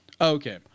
Okay